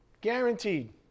Guaranteed